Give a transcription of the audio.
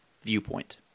viewpoint